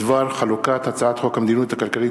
בדבר חלוקת הצעת חוק המדיניות הכלכלית